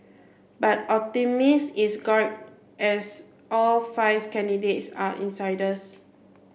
but is guarded as all five candidates are insiders